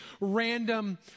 random